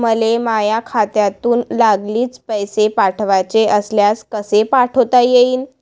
मले माह्या खात्यातून लागलीच पैसे पाठवाचे असल्यास कसे पाठोता यीन?